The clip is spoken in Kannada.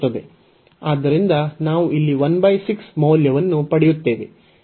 ಆದ್ದರಿಂದ ನಾವು ಇಲ್ಲಿ 16 ಮೌಲ್ಯವನ್ನು ಪಡೆಯುತ್ತೇವೆ